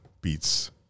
beats